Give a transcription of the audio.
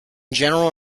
general